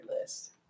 list